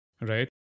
Right